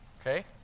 Okay